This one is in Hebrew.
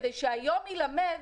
כדי שהיום יילמד